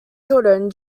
children